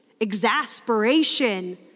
exasperation